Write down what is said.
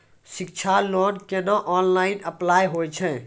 शिक्षा लोन केना online apply होय छै?